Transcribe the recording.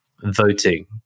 voting